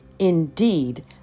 Indeed